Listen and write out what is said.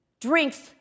drinks